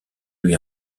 lui